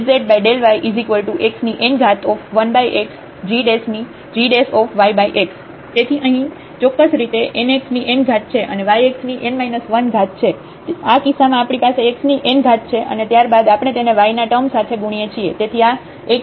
∂z∂yxn1xgyx તેથી અહીં ચોક્કસ રીતે nxn છે અને yxn 1 છે આ કિસ્સામાં આપણી પાસે xn છે અને ત્યારબાદ આપણે તેને y ના ટર્મ સાથે ગુણીએ છીએ